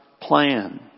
plan